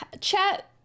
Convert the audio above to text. Chat